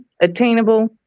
attainable